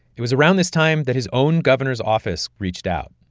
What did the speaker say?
it was around this time that his own governor's office reached out.